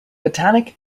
botanic